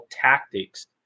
Tactics